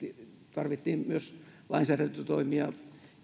tarvittiin myös lainsäädäntötoimia